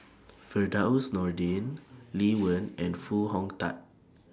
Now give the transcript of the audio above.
Firdaus Nordin Lee Wen and Foo Hong Tatt